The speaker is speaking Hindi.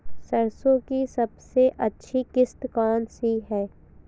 सरसो की सबसे अच्छी किश्त कौन सी है?